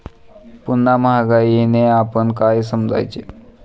पुन्हा महागाईने आपण काय समजायचे?